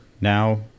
now